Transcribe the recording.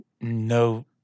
No